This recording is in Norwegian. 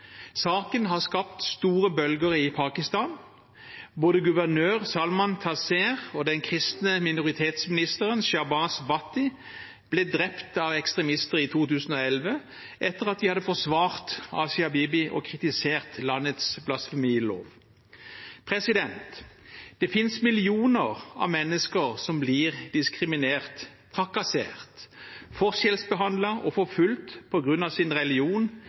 Saken har skapt store bølger i Pakistan. Både guvernør Salmaan Taseer og den kristne minoritetsministeren Shahbaz Bhatti ble drept av ekstremister i 2011, etter at de hadde forsvart Asia Bibi og kritisert landets blasfemilov. Det finnes millioner av mennesker som blir diskriminert, trakassert, forskjellsbehandlet og forfulgt på grunn av sin religion